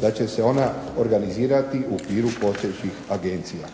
da će se ona organizirati u okviru postojećih agencija.